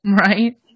right